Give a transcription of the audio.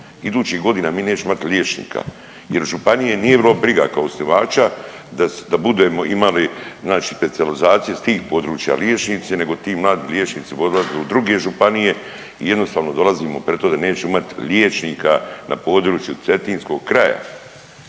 Idućih godina mi nećemo imati liječnika jer županije nije bilo briga kao osnivača da budemo imali znači specijalizacije s tih područja liječnici, nego ti mladi liječnici odlazili u druge županije i jednostavno, dolazimo pred to da nećemo imati liječnika na području cetinskog kraja,